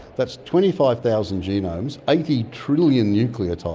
that's twenty five thousand genomes, eighty trillion nucleotides.